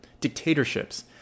dictatorships